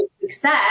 success